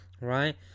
right